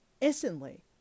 Instantly